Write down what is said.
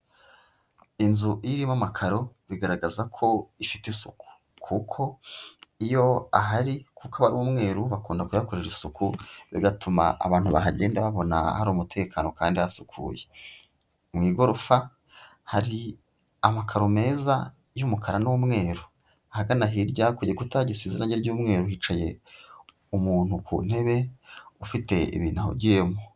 Inzu irimo amakaro, bigaragaza ko ifite isuku. Kuko iyo ahari, kuko aba ari umweru, bakunda kuyakoresha isuku, bigatuma abantu bahagenda babona hari umutekano kandi hasukuye. Mu igorofa hari amakaro meza y'umukara n'umweru. Ahagana hirya ku gikuta gisize irange ry'umweru, hicaye umuntu ku ntebe, ufite ibintu ahugiyemo.